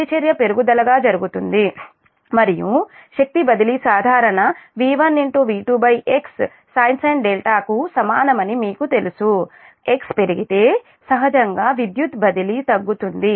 ప్రతిచర్య పెరుగుదలగా జరుగుతుంది మరియు శక్తి బదిలీ సాధారణ V1V2x sin సమానమని మీకు తెలుసు x పెరిగితే సహజంగా విద్యుత్ బదిలీ తగ్గుతుంది